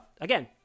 again